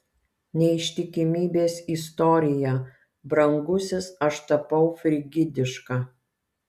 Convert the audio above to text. neištikimybės istorija brangusis aš tapau frigidiška